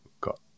got